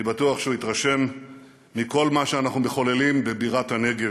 אני בטוח שהוא התרשם מכל מה שאנחנו מחוללים בבירת הנגב,